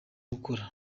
gukora